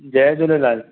Jay Jhulelal